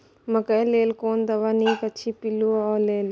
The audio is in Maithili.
मकैय लेल कोन दवा निक अछि पिल्लू क लेल?